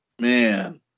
Man